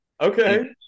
okay